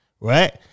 Right